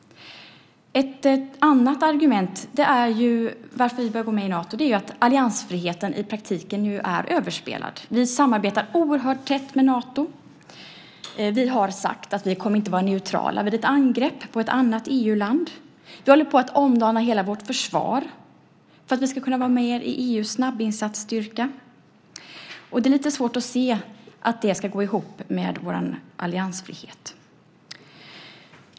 Ett annat argument till att vi behöver gå med i Nato är ju att alliansfriheten i praktiken är överspelad. Vi samarbetar oerhört tätt med Nato. Vi har sagt att vi inte kommer att vara neutrala vid ett angrepp på ett annat EU-land. Vi håller på att omdana hela vårt försvar för att vi ska kunna vara med i EU:s snabbinsatsstyrka. Det är lite svårt att se att det går ihop med vår alliansfrihet.